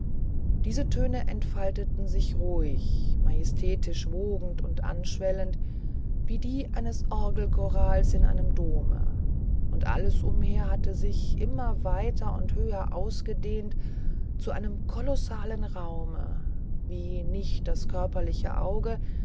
diese töne entfalteten sich ruhig majestätisch wogend und anschwellend wie die eines orgelchorals in einem dome und alles umher hatte sich immer weiter und höher ausgedehnt zu einem kolossalen raume wie nicht das körperliche auge